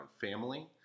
family